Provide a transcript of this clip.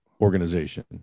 organization